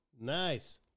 Nice